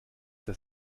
das